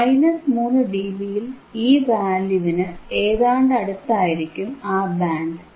3 ഡിബിയിൽ ഈ വാല്യൂവിന് ഏതാണ്ട് അടുത്തായിരിക്കും ആ ബാൻഡ്